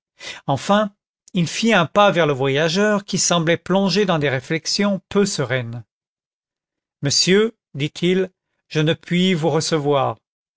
enfin il fit un pas vers le voyageur qui semblait plongé dans des réflexions peu sereines monsieur dit-il je ne puis vous recevoir